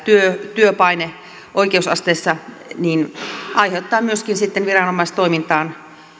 työpaine oikeusasteissa aiheuttaa myöskin sitten viranomaistoimintaan